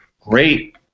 great